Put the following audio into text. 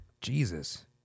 Jesus